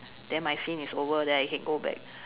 then my scene is over then I can go back